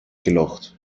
gelocht